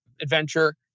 adventure